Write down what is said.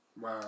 Wow